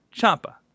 Champa